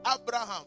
Abraham